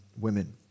women